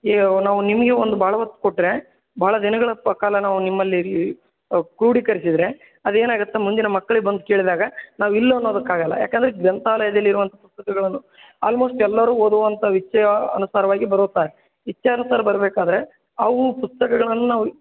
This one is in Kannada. ಈಗ ನಾವು ನಿಮಗೆ ಒಂದು ಭಾಳ ಹೊತ್ ಕೊಟ್ಟರೆ ಭಾಳ ದಿನಗಳ ನಾವು ನಿಮ್ಮಲ್ಲಿ ಕ್ರೋಡೀಕರ್ಸಿದ್ರೆ ಅದು ಏನಾಗುತ್ತೆ ಮುಂದಿನ ಮಕ್ಳು ಬಂದು ಕೇಳಿದಾಗ ನಾವು ಇಲ್ಲ ಅನ್ನೋದಕ್ಕೆ ಆಗೋಲ್ಲ ಯಾಕಂದರೆ ಗ್ರಂಥಾಲಯದಲ್ಲಿ ಇರುವಂಥ ಪುಸ್ತಕಗಳನ್ನು ಆಲ್ಮೋಸ್ಟ್ ಎಲ್ಲರೂ ಓದುವಂಥ ವಿಚ್ಚಯ ಅನುಸಾರವಾಗಿ ಬರುತ್ತಾರೆ ಇಚ್ಛೆ ಅನುಸಾರ ಬರಬೇಕಾದ್ರೆ ಅವು ಪುಸ್ತಕಗಳನ್ನು ನಾವು